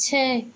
छह